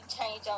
change